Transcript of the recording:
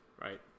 right